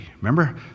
Remember